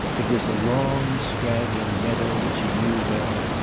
it was a long straggling meadow which he knew well,